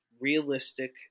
realistic